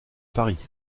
paris